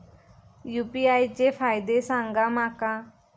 UPI चे फायदे सांगा माका?